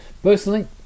Personally